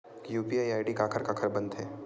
UPI ID काखर काखर बनथे?